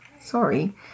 sorry